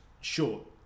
short